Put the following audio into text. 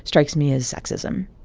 strikes me as sexism.